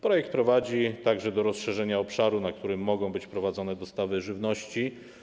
Projekt prowadzi także do rozszerzenia obszaru, na którym mogą być prowadzone dostawy żywności.